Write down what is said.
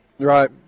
Right